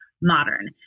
modern